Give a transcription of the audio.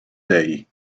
day